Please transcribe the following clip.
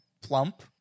plump